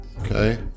Okay